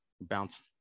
bounced